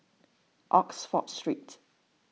Oxford Street